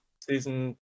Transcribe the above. season